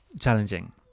challenging